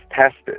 tested